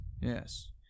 Yes